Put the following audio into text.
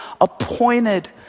appointed